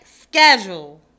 schedule